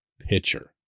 pitcher